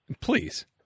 Please